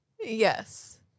Yes